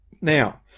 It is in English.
Now